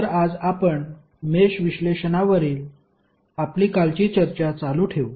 तर आज आपण मेष विश्लेषणावरील आपली कालची चर्चा चालू ठेवू